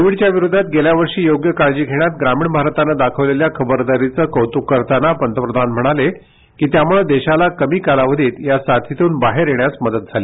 कोविजय्या विरोधात गेल्या वर्षी योप्य काळजी घेष्यात स मारतानं दाखविलेल्या खबस्टारीय कोतुक करताना पंतप्रधान म्हणाले की त्यामुळे देसाला कमी कालावधीत या साधीतून बाहेर येण्यास मदत झाली